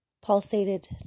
pulsated